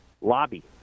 lobby